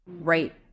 right